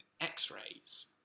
x-rays